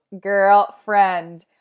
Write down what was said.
girlfriend